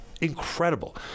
Incredible